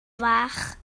fach